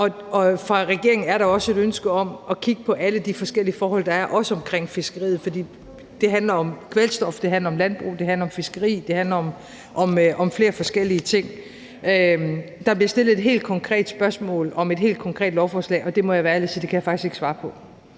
år. Fra regeringens side er der også et ønske om at kigge på alle de forskellige forhold, der er, også omkring fiskeriet, for det handler om kvælstof, det handler om landbrug, det handler om fiskeri, det handler om flere forskellige ting. Der bliver stillet et helt konkret spørgsmål om et helt konkret lovforslag, og det må jeg være ærlig og sige at jeg faktisk ikke kan svare på.